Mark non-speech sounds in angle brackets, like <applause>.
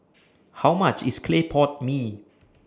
<noise> How much IS Clay Pot Mee